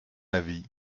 avis